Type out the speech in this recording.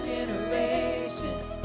Generations